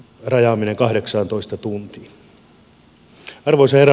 arvoisa herra puhemies